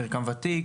מרקם ותיק,